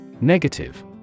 Negative